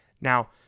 Now